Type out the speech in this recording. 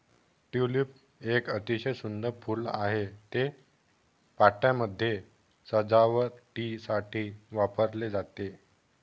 tulip एक अतिशय सुंदर फूल आहे, ते पार्ट्यांमध्ये सजावटीसाठी वापरले जाते